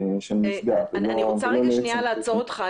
של מפגע ולא לעצם --- אני רוצה לעצור אותך,